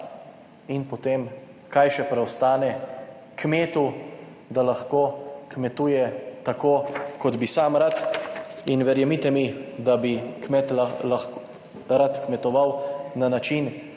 In potem kaj še preostane kmetu, da lahko kmetuje tako kot bi sam rad in verjemite mi, da bi kmet, ko rad kmetoval na način,